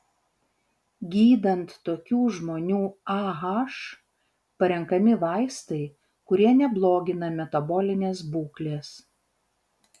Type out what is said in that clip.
gydant tokių žmonių ah parenkami vaistai kurie neblogina metabolinės būklės